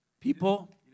people